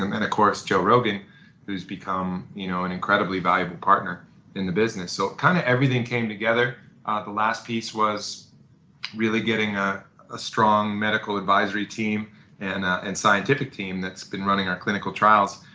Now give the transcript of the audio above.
and and of course joe rogan who's become you know an incredibly valuable partner in the business. so kind of everything came together. the last piece was really getting a ah strong medical advisory team and and scientific team that's been running our clinical trials.